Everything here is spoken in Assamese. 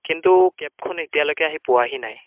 কিন্তু কেবখন এতিয়ালৈকে আহি পোৱাহি নাই